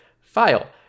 file